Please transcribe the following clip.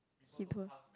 he